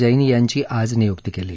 जैन यांची आज नियुक्ती केली